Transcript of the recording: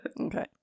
Okay